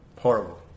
horrible